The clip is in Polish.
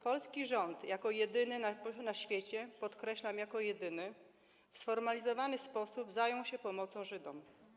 Polski rząd jako jedyny na świecie - podkreślam: jako jedyny - w sformalizowany sposób zajął się pomocą Żydom.